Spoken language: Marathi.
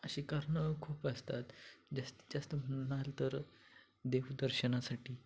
अशी कारणं खूप असतात जास्तीत जास्त म्हणाल तर देवदर्शनासाठी